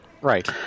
Right